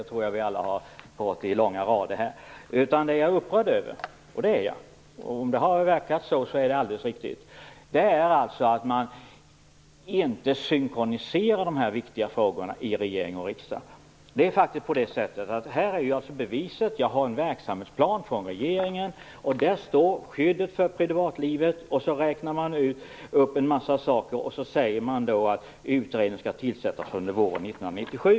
Det tror jag att vi alla har fått många gånger. Om det har verkat som om jag är upprörd är det alldeles riktigt. Jag är alltså upprörd över att man inte synkroniserar dessa viktiga frågor i regeringen och i riksdagen. Jag har bevis för att det är så. Jag har en verksamhetsplan från regeringen. Där står om skyddet för privatlivet. Man räknar upp en massa saker och säger att en utredning skall tillsättas under våren 1997.